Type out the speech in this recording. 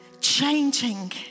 changing